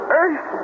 earth